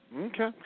Okay